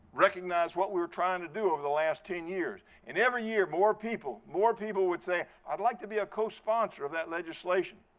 recognize what we were trying to do over the last ten years. and every year, more people, more people would say, i'd like to be a co-sponsor of that legislation.